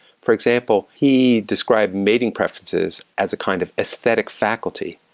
for example, he described mating preferences as a kind of aesthetic faculty,